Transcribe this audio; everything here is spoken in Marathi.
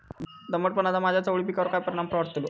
दमटपणाचा माझ्या चवळी पिकावर काय प्रभाव पडतलो?